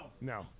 No